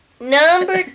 Number